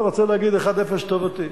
לא רוצה להגיד אחת אפס לטובתי.